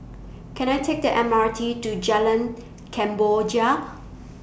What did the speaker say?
Can I Take The M R T to Jalan Kemboja